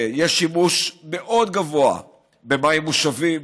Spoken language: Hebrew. יש שימוש מאוד גבוה במים מוּשבים,